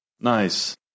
Nice